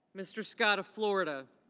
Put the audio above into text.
mr. scott of florida,